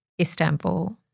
Istanbul